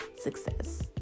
success